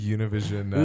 Univision